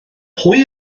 pwy